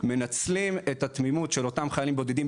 מנצלים את התמימות של אותם חיילים בודדים,